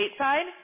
stateside